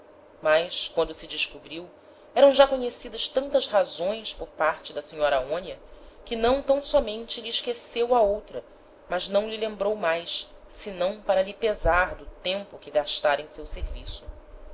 mas quando se descobriu eram já conhecidas tantas razões por parte da senhora aonia que não tam sómente lhe esqueceu a outra mas não lhe lembrou mais senão para lhe pesar do tempo que gastára em seu serviço